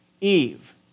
Eve